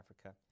Africa